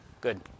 good